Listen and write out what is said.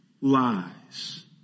Lies